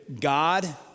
God